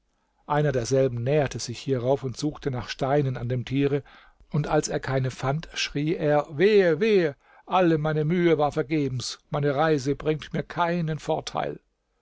einer derselben näherte sich hierauf und suchte nach steinen an dem tiere und als er keine fand schrie er wehe wehe alle meine mühe war vergebens meine reise bringt mir keinen vorteil